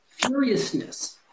furiousness